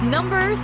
Number